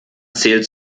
zählt